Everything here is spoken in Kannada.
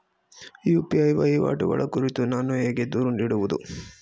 ಯು.ಪಿ.ಐ ವಹಿವಾಟುಗಳ ಕುರಿತು ನಾನು ಹೇಗೆ ದೂರು ನೀಡುವುದು?